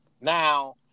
Now